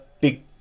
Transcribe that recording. big